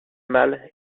mal